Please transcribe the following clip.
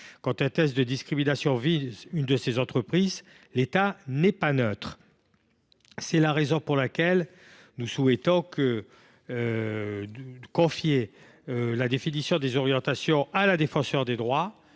Quand un test de discrimination vise l’une de ces entreprises, l’État n’est pas neutre. C’est la raison pour laquelle nous souhaitons confier la définition des orientations au Défenseur des droits,